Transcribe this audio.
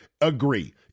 agree